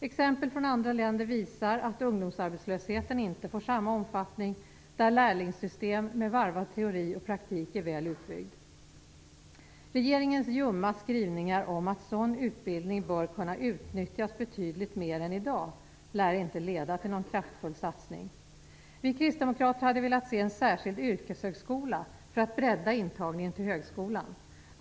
Exempel från andra länder visar att ungdomsarbetslösheten inte får samma omfattning där lärlingssystem med varvad teori och praktik är väl utbyggd. Regeringens ljumma skrivningar om att sådan utbildning bör kunna utnyttjas betydligt mer än i dag lär inte leda till någon kraftfull satsning. Vi kristdemokrater hade velat se en särskild yrkeshögskola för att bredda intagningen till högskolan.